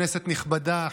כנסת נכבדה,